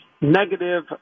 negative